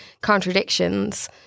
contradictions